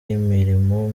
y’imirimo